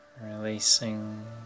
releasing